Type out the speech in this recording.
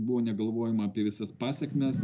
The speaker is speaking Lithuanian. buvo negalvojama apie visas pasekmes